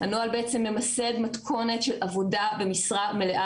הנוהל בעצם ממסד מתכונת של עבודה במשרה מלאה